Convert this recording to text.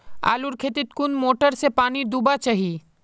आलूर खेतीत कुन मोटर से पानी दुबा चही?